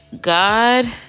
god